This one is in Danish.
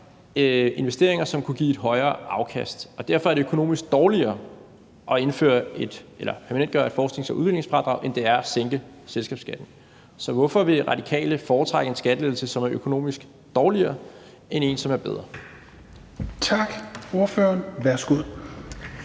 investeringer, som kunne give et højere afkast. Og derfor er det økonomisk dårligere at permanentgøre et forsknings- og udviklingsfradrag, end det er at sænke selskabsskatten. Så hvorfor vil Radikale foretrække en skattelettelse, som er økonomisk dårligere end en, som er bedre? Kl. 15:09 Tredje